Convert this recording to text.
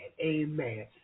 Amen